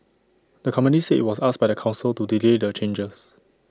the company said IT was asked by the Council to delay the changes